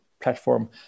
platform